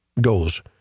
goals